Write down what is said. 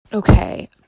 Okay